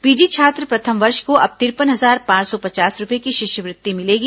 PG छात्र प्रथम वर्ष को अब तिरपन हजार पांच सौ पचास रूपये की शिष्यवृत्ति मिलेगी